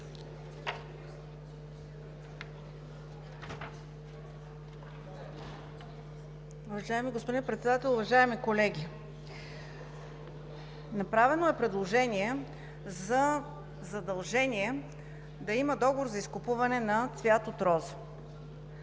Уважаеми господин Председател, уважаеми колеги! Направено е предложение за задължение да има договор за изкупуване на цвят от рози.